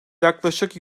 yaklaşık